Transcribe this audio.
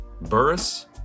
Burris